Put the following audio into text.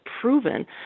proven